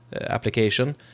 application